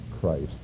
Christ